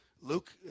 Luke